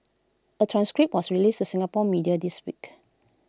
A transcript was released to Singapore's media this week